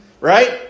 Right